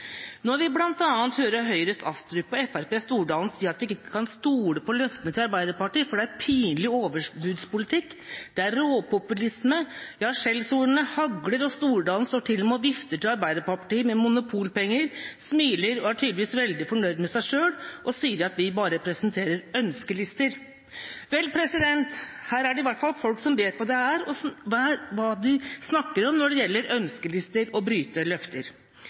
Nå har vi bl.a. fått høre Høyres Astrup og Fremskrittspartiets Stordalen si at de ikke kan stole på løfter fra Arbeiderpartiet, for det er pinlig overbudspolitikk, og det er råpopulisme. Ja, skjellsordene hagler, og Stordalen står til og med og vifter til Arbeiderpartiet med Monopol-penger, smiler – er tydeligvis veldig fornøyd med seg selv – og sier at vi bare presenterer ønskelister. Vel, her er det i hvert fall folk som vet hva de snakker om når det gjelder ønskelister og å bryte løfter.